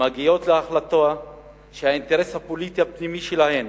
מגיעות להחלטה שהאינטרס הפוליטי הפנימי שלהן